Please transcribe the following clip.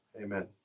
amen